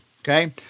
okay